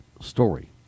story